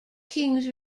kings